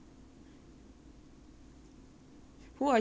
who are you to talk about regrets when you chop half your hair off at one A_M